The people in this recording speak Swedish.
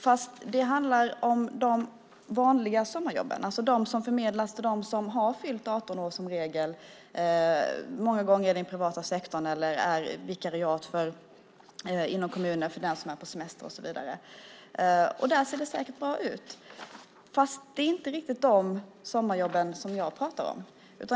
Men det handlar om de vanliga sommarjobben, de som förmedlas till dem som har fyllt 18 år, många gånger i den privata sektorn eller vikariat för dem som är på semester inom kommunerna. Där ser det säkert bra ut. Det är inte riktigt de sommarjobben som jag pratar om.